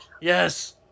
Yes